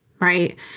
right